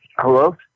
Hello